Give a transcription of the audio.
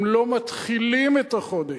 הם לא מתחילים את החודש.